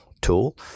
tool